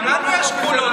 גם לנו יש גבולות.